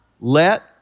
let